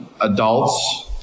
Adults